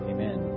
Amen